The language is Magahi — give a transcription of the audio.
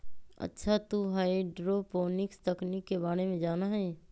अच्छा तू हाईड्रोपोनिक्स तकनीक के बारे में जाना हीं?